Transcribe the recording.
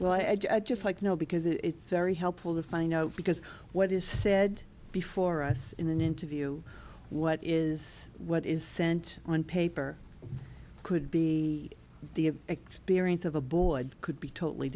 well i just like know because it's very helpful to find out because what is said before us in an interview what is what is sent on paper could be the experience of a board could be totally